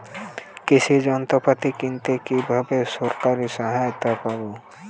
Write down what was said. কৃষি যন্ত্রপাতি কিনতে কিভাবে সরকারী সহায়তা পাব?